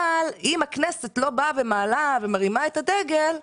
אבל אם הכנסת לא באה ומעלה את הדגל,